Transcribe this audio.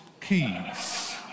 keys